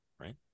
right